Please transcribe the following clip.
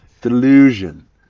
Delusion